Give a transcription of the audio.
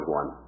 one